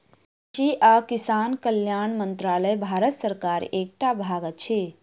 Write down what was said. कृषि आ किसान कल्याण मंत्रालय भारत सरकारक एकटा भाग अछि